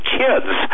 kids